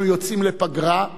אנחנו יוצאים לפגרה.